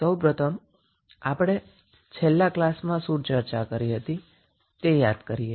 સૌ પ્રથમ આપણે છેલ્લા ક્લાસમાં શું ચર્ચા કરી હતી તે યાદ કરીએ